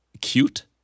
Cute